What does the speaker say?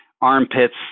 armpits